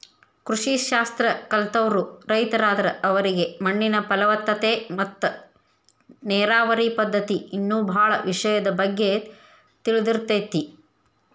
ಕೃಷಿ ಶಾಸ್ತ್ರ ಕಲ್ತವ್ರು ರೈತರಾದ್ರ ಅವರಿಗೆ ಮಣ್ಣಿನ ಫಲವತ್ತತೆ ಮತ್ತ ನೇರಾವರಿ ಪದ್ಧತಿ ಇನ್ನೂ ಬಾಳ ವಿಷಯದ ಬಗ್ಗೆ ತಿಳದಿರ್ತೇತಿ